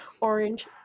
orange